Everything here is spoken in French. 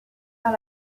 par